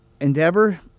Endeavor